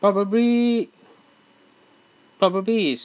probably probably is